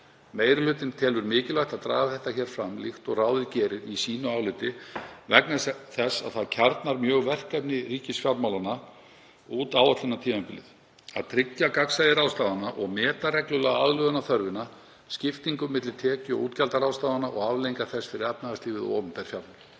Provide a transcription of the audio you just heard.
Meiri hlutinn telur mikilvægt að draga þetta hér fram líkt og ráðið gerir í sínu áliti vegna þess að það kjarnar mjög verkefni ríkisfjármálanna út áætlunartímabilið; að tryggja gagnsæi ráðstafana og meta reglulega aðlögunarþörfina, skiptingu milli tekju- og útgjaldaráðstafana og afleiðingar þess fyrir efnahagslífið og opinber fjármál.